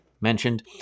mentioned